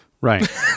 Right